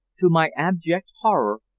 to my abject horror,